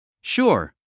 Sure